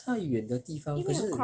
太远的地方可是